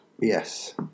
Yes